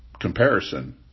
comparison